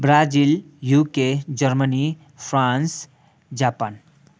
Brazil UK Germany France Japan